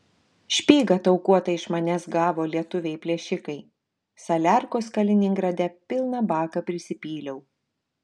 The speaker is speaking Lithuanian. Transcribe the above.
špygą taukuotą iš manęs gavo lietuviai plėšikai saliarkos kaliningrade pilną baką prisipyliau